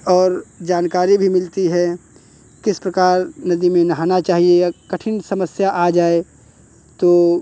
और जानकारी भी मिलती है किस प्रकार नदी में नहाना चाहिए या कठिन समस्या आ जाए तो